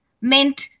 meant